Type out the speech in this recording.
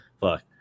fuck